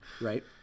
Right